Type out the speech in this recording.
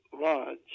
lodge